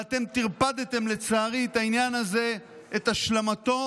ואתם טרפדתם לצערי את העניין הזה, את השלמתו